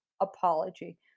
apology